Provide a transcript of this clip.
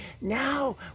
Now